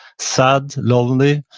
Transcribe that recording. sad, lonely,